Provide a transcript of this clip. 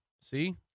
See